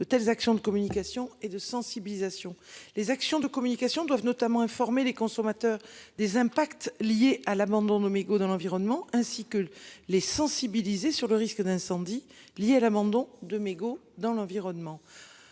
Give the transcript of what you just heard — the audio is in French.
de telles actions de communication et de sensibilisation. Les actions de communication doivent notamment informer les consommateurs des impacts liés à l'abandon nos mégots dans l'environnement ainsi que les sensibiliser sur le risque d'incendie lié à l'abandon de mégots dans l'environnement.